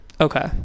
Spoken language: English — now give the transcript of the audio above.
Okay